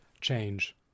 change